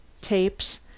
tapes